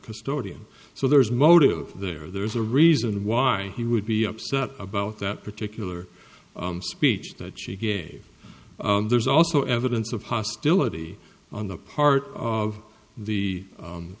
custodian so there's motive there there's a reason why he would be upset about that particular speech that she gave there's also evidence of hostility on the part of the